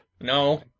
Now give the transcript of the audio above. No